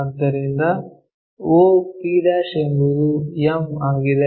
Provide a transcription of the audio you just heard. ಆದ್ದರಿಂದ o p ಎಂಬುದು m ಆಗಿದೆ